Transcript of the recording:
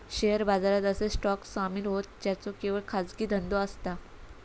share बाजारात असे stock सामील होतं ज्यांचो केवळ खाजगी धंदो असता